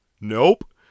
Nope